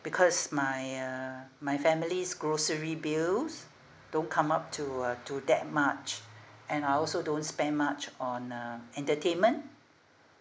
because my uh my family's grocery bills don't come up to uh to that much and I also don't spend much on uh entertainment